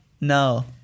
No